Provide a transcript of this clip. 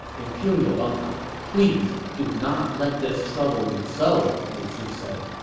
imperial uncle, please do not let this trouble you so, lu su said.